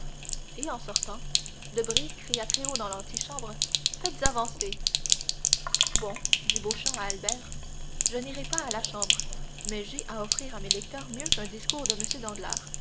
et en sortant debray cria très haut dans l'antichambre faites avancer bon dit beauchamp à albert je n'irai pas à la chambre mais j'ai à offrir à mes lecteurs mieux qu'un discours de